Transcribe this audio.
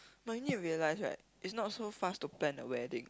but you need to realise right it's not so fast to plan a wedding